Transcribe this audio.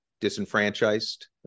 disenfranchised